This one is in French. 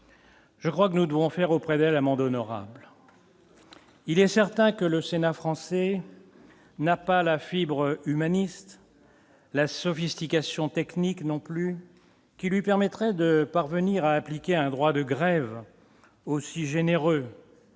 Je crois que nous devrons faire auprès d'elle amende honorable, il est certain que le sénat français n'a pas la fibre humaniste, la sophistication technique non plus qui lui permettrait de parvenir à appliquer un droit de grève aussi généreux,